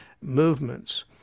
movements